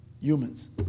Humans